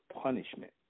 punishment